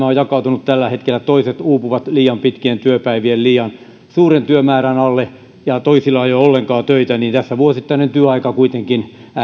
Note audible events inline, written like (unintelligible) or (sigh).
(unintelligible) on jakautunut tällä hetkellä kun toiset uupuvat liian pitkien työpäivien ja liian suuren työmäärän alle ja toisilla ei ole ollenkaan töitä niin tässä vuosittainen työaika kuitenkin